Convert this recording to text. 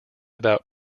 about